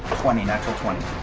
twenty. natural twenty.